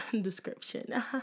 description